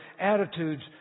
attitudes